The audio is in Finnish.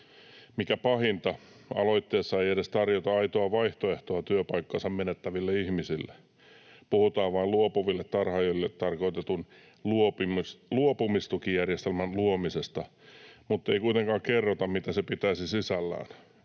Mikä pahinta, aloitteessa ei edes tarjota aitoa vaihtoehtoa työpaikkansa menettäville ihmisille. Puhutaan vain luopuville tarhaajille tarkoitetun luopumistukijärjestelmän luomisesta mutta ei kuitenkaan kerrota, mitä se pitäisi sisällään.